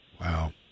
Wow